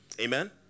Amen